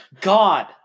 god